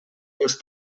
els